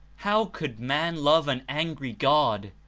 how could man love an angry god,